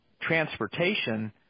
transportation